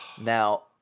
Now